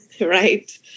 Right